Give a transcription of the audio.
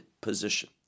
position